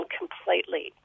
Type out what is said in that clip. completely